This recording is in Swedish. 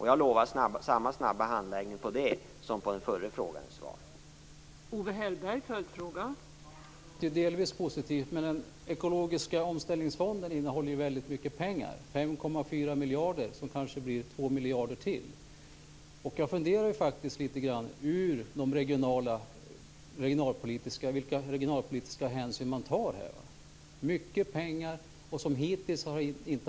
Jag lovar samma snabba handläggning av det som av det ärende som berördes i den förra frågan.